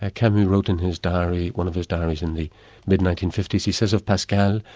ah camus wrote in his diary, one of his diaries in the mid nineteen fifty s, he says of pascal,